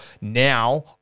Now